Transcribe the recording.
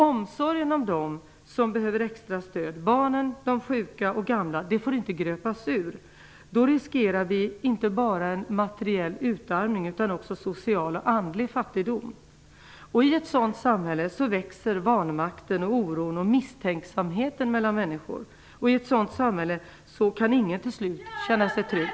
Omsorgen om dem som behöver extra stöd - barnen, de sjuka och de gamla - får inte gröpas ur. Då riskerar vi inte bara en materiell utarmning utan också social och andlig fattigdom. I ett sådant samhälle växer vanmakten, oron och misstänksamheten mellan människor. I ett sådant samhälle kan ingen till slut känna sig trygg.